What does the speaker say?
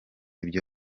byo